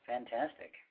Fantastic